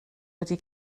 wedi